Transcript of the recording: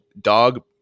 Dog